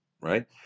Right